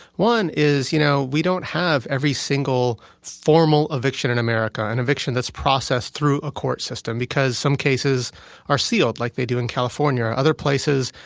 one is, you know, we don't have every single formal eviction in america an and eviction that's processed through a court system because some cases are sealed, like they do in california. other places,